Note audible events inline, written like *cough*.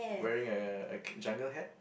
wearing a a a *noise* jungle hat